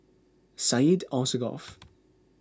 Syed Alsagoff